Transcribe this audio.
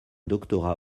doctorat